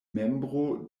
membro